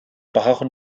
brauchen